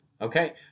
Okay